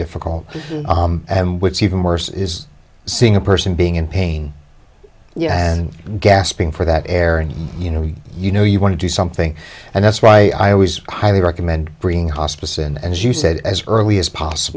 difficult and what's even worse is seeing a person being in pain yeah gasping for that air and you know you know you want to do something and that's why i always highly recommend bringing hospice and as you said as early as possible